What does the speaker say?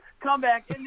comeback